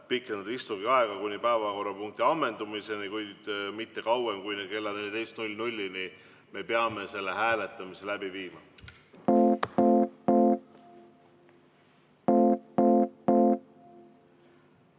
pikendada istungi aega kuni päevakorrapunkti ammendumiseni, kuid mitte kauem kui kella 14-ni. Me peame selle hääletamise läbi viima.